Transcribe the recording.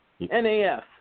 NAF